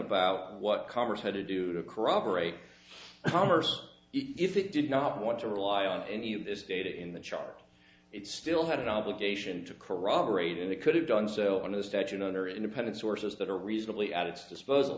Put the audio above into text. about what congress had to do to corroborate commerce if it did not want to rely on any of this data in the chart it still had an obligation to corroborate and it could have done so under the statute under independent sources that are reasonably at its disposal